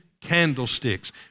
candlesticks